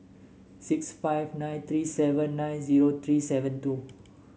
six five nine three seven nine zero three seven two